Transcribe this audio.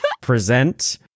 present